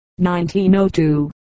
1902